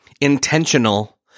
intentional